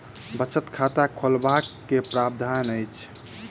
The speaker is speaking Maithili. बचत खाता खोलेबाक की प्रावधान अछि?